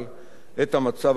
את המצב הקיים,